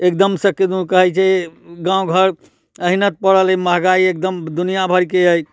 एकदम से किदन कहै छै गाँव घर एहिना पड़ल अछि महॅंगाइ एकदम दुनिया भैरके अछि